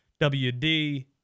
WD